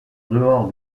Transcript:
dehors